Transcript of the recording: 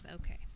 okay